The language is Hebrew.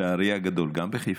גם בחיפה.